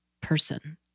person